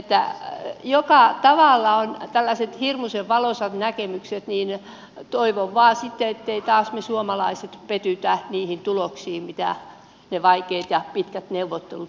kun joka tavalla on tällaiset hirmuisen valoisat näkemykset niin toivon vain sitten ettemme taas me suomalaiset pety niihin tuloksiin mitä ne vaikeat ja pitkät neuvottelut tuovat tullessansa